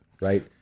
Right